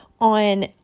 on